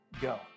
Go